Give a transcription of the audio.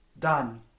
done